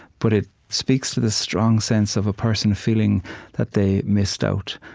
but it speaks to the strong sense of a person feeling that they missed out.